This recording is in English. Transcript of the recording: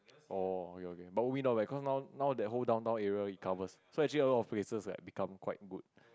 oh okay okay but we now like cause now now that all Downtown area it covered so actually a lot of places right become quite good